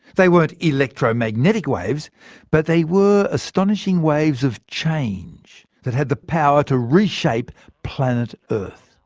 they weren't electromagnetic waves but they were astonishing waves of change that had the power to reshape planet earth.